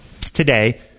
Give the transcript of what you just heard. today